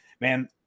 man